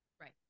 right